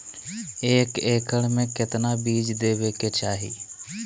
एक एकड़ मे केतना बीज देवे के चाहि?